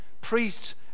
priests